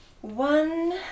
One